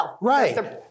Right